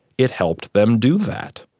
it helped them do that.